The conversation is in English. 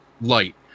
light